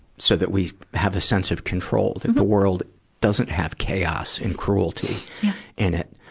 so that we have a sense of control the world doesn't have chaos and cruelty in it.